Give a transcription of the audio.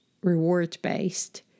reward-based